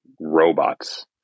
robots